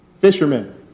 Fishermen